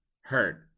hurt